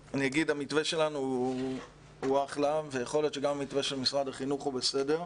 המתווה שלנו הוא אחלה ויכול להיות שגם המתווה של משרד החינוך הוא בסדר.